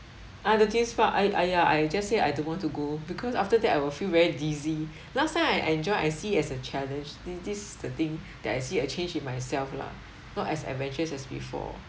ah the themes park I I I ya I just say I don't want to go because after that I will feel very dizzy last time I I enjoy I see as a challenge thi~ this the thing that I see a change in myself lah not as adventurous as before